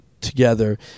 together